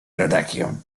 rodakiem